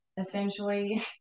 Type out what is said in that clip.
essentially